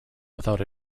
without